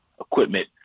equipment